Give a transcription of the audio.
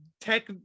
tech